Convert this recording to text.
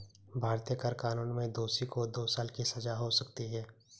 भारतीय कर कानून में दोषी को दो साल की सजा हो सकती है